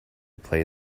play